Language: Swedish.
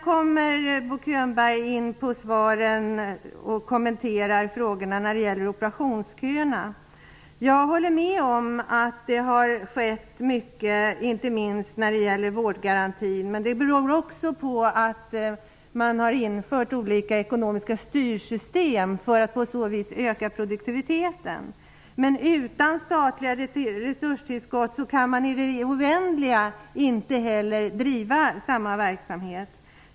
Bo Könberg kommenterade frågan om operationsköerna. Jag håller med om att det har skett mycket, inte minst när det gäller vårdgarantin. Men det beror också på att man har infört olika ekonomiska styrsystem för att på så sätt öka produktiviteten. Utan statliga resurstillskott kan man inte driva samma verksamhet i det oändliga.